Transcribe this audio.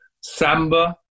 Samba